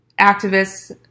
activists